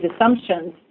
assumptions